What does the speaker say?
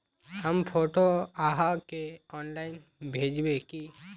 हम फोटो आहाँ के ऑनलाइन भेजबे की?